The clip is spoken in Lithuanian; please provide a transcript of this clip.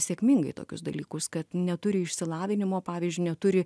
sėkmingai tokius dalykus kad neturi išsilavinimo pavyzdžiui neturi